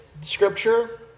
Scripture